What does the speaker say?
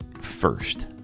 first